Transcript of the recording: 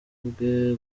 bwe